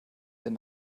den